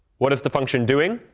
what is the function doing?